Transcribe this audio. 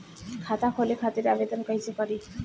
खाता खोले खातिर आवेदन कइसे करी?